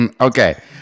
okay